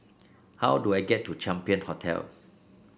how do I get to Champion Hotel